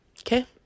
Okay